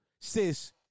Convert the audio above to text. Sis